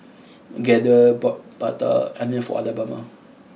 Gaither bought Prata Onion for Alabama